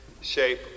shape